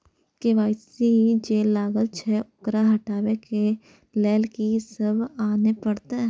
KYC जे लागल छै ओकरा हटाबै के लैल की सब आने परतै?